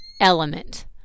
element